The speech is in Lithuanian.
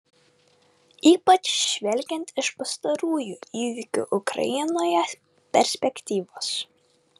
ypač žvelgiant iš pastarųjų įvykių ukrainoje perspektyvos